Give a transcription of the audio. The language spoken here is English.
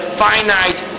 finite